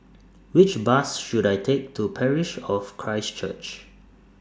Which Bus should I Take to Parish of Christ Church